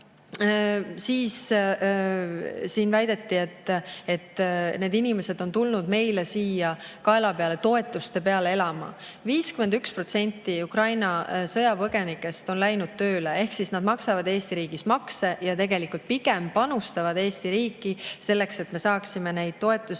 Siis siin väideti, et need inimesed on tulnud meile siia kaela peale, toetuste peale elama. Ukraina sõjapõgenikest 51% on läinud tööle ehk siis nad maksavad Eesti riigis makse ja tegelikult pigem panustavad Eesti riiki, selleks et me saaksime neid toetusi